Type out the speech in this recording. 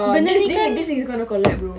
ya this is this is gonna collapse bro